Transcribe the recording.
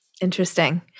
Interesting